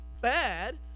bad